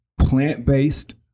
plant-based